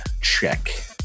check